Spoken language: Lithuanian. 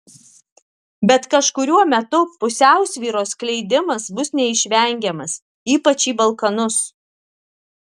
bet kažkuriuo metu pusiausvyros skleidimas bus neišvengiamas ypač į balkanus